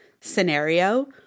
scenario